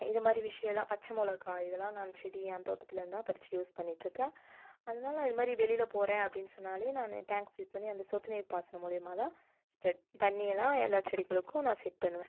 இதுமாதிரி விஷயம் எல்லாம் பச்சை மிளகா இதெல்லாம் நான் செடி என் தோட்டத்துலேருந்து தான் பறித்து யூஸ் பண்ணிகிட்டு இருக்கேன் அதனால் இது மாதிரி வெளியில் போகிறேன் அப்படின்னு சொன்னாலே நான் டேங்க் ஃபில் பண்ணி அந்த சொட்டு நீர் பாசனம் மூலியமாக தான் ஸ்ப்ரெட் தண்ணியெல்லாம் எல்லா செடிகளுக்கும் நான் செட் பண்ணுவேன்